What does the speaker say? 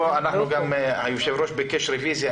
פה היושב-ראש ביקש רוויזיה,